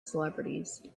celebrities